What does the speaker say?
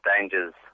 dangers